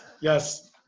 yes